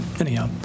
Anyhow